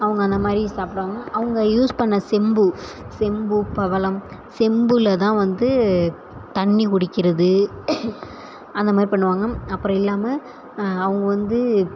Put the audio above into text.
அவங்க அந்த மாதிரி சாப்பிட்றாங்க அவங்க யூஸ் பண்ண செம்பு செம்பு பவளம் செம்பில் தான் வந்து தண்ணி குடிக்கிறது அந்த மாதிரி பண்ணுவாங்க அப்புறம் இல்லாமல் அவங்க வந்து